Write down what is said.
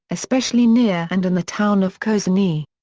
especially near and in the town of kozani.